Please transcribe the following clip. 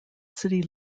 city